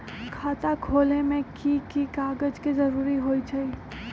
खाता खोले में कि की कागज के जरूरी होई छइ?